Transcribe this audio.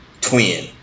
twin